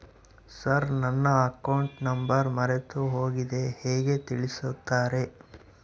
Sir ನನ್ನ account number ಮರೆತುಹೋಗಿದೆ ಹೇಗೆ ತಿಳಿಸುತ್ತಾರೆ?